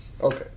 okay